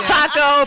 Taco